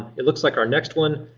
it looks like our next one,